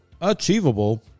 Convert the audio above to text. achievable